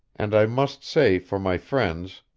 and i must say for my friends,